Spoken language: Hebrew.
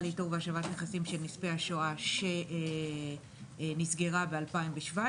לאיתור והשבת נכסים של נספי השואה שנסגרה ב-2017.